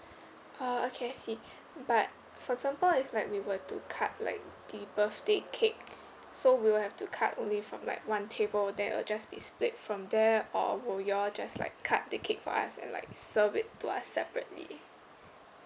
uh okay I see but for example if like we were to cut like the birthday cake so we will have to cut only from like one table then it'll just be split from there or will you all just like cut the cake for us and like serve it to us separately